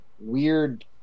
weird